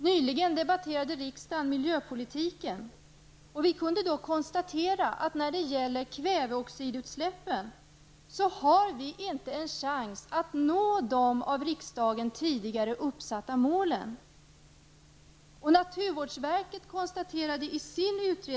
Nyligen debatterade riksdagen miljöpolitiken. Vi kunde då konstatera att när det gäller kväveoxidutsläppen har vi inte en chans att uppnå de av riksdagen tidigare uppsatta målen.